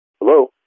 Hello